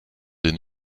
des